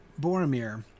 Boromir